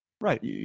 Right